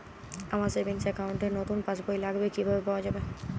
আমার savings account র নতুন পাসবই লাগবে কিভাবে পাওয়া যাবে?